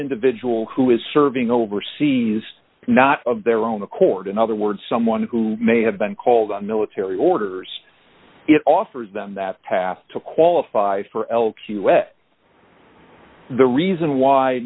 individual who is serving overseas not of their own accord in other words someone who may have been called on military orders it offers them that path to qualify for elp us the reason why